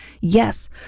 yes